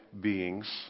beings